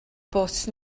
bws